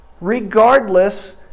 regardless